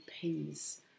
peace